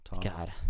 god